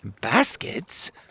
Baskets